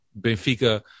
Benfica